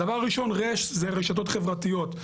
הדבר הראשון ר', זה רשתות חברתיות.